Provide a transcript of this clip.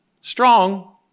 Strong